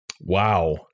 Wow